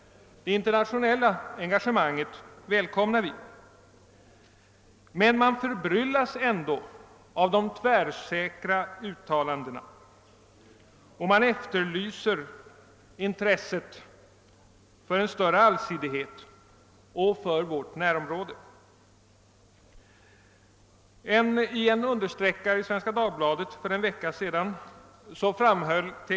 Det internationella engagemanget välkomnar vi. Men man förbryllas ändå av de tvärsäkra uttalandena, och man efterlyser intresset för en större allsidighet och för vårt närområde. ; I en understreckare i Svenska Dagbladet för en vecka sedan framhöll T.